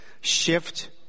shift